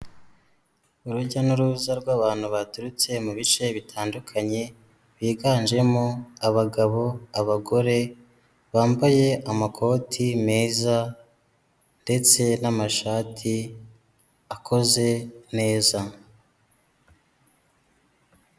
Urujya n'uruza rw'abantu baturutse mu bice bitandukanye, biganjemo abagabo, abagore bambaye amakoti meza ndetse n'amashati akoze neza.